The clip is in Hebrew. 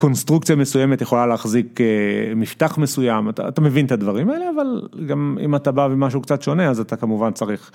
קונסטרוקציה מסוימת יכולה להחזיק מפתח מסוים אתה מבין את הדברים האלה אבל גם אם אתה בא במשהו קצת שונה אז אתה כמובן צריך.